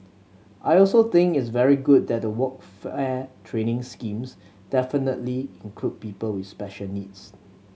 I also think it's very good that the training schemes definitively include people with special needs